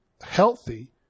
healthy